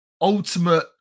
ultimate